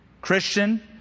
Christian